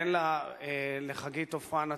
הן לחגית עופרן עצמה,